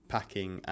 packing